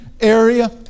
area